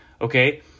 okay